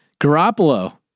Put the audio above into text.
Garoppolo